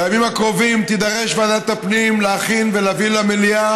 בימים הקרובים תידרש ועדת הפנים להכין ולהביא למליאה